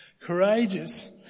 courageous